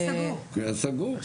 הוא היה סגור,